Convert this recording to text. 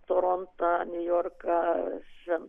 torontą niujorką